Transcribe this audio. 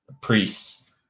priests